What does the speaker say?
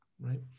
right